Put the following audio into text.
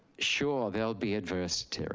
sure, they'll be adversary.